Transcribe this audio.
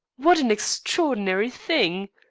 what an extraordinary thing!